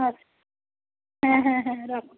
আচ্ছা হ্যাঁ হ্যাঁ হ্যাঁ রাখুন